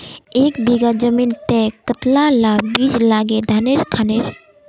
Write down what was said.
एक बीघा जमीन तय कतला ला बीज लागे धानेर खानेर?